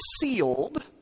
sealed